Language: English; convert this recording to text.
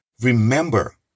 remember